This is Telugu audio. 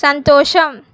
సంతోషం